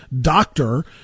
doctor